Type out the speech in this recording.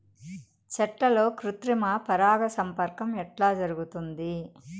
చెట్లల్లో కృత్రిమ పరాగ సంపర్కం ఎట్లా జరుగుతుంది?